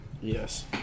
Yes